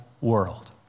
world